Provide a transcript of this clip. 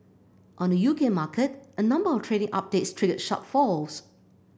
on the U K market a number of trading updates triggered sharp falls